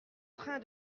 train